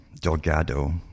Delgado